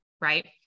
Right